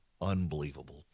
Unbelievable